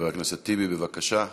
חבר הכנסת טיבי, בבקשה.